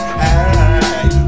hey